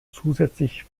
zusätzlich